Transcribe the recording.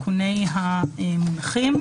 שהם סעיפים בחלקם טכניים,